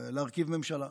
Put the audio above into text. להרכיב ממשלה.